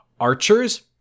archers